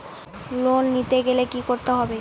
Loan নিতে গেলে কি করতে হবে?